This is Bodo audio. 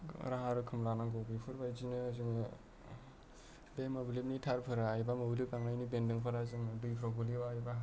गावनो राहा रोखोम लानांगौ बेफोरबायदिनो जोङो बे मोब्लिबनि थारफोरा एबा मोब्लिब लांनायनि बेन्दोंफोरा दैफोराव गोग्लैबा एबा हाफोराव गोग्लैबा